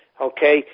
okay